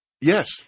Yes